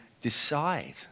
decide